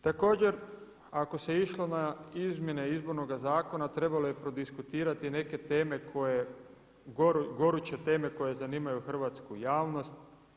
Također, ako se išlo na izmjene Izbornog zakona trebalo je prodiskutirati neke goruće teme koje zanimaju hrvatsku javnost.